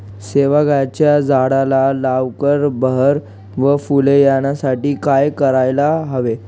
शेवग्याच्या झाडाला लवकर बहर व फूले येण्यासाठी काय करायला हवे?